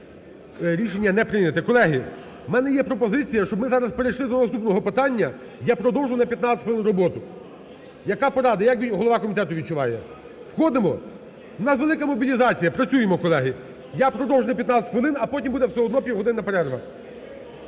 Рішення не прийнято. Колеги, в мене є пропозиція, щоб ми зараз перейшли до наступного питання, я продовжу на 15 хвилин роботу. Яка порада, як голова комітету відчуває? Входимо? У нас велика мобілізація, працюймо, колеги. Я продовжую на 15 хвилин, а потім буде все одного півгодинна перерва.